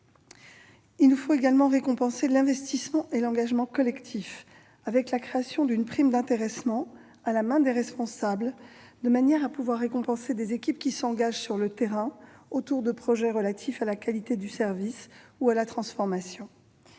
Il nous faut également récompenser l'investissement et l'engagement collectifs avec la création d'une prime d'intéressement, à la main des responsables, de manière à pouvoir récompenser des équipes qui s'engagent sur le terrain autour de projets relatifs à la qualité du service ou à la transformation.